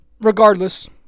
regardless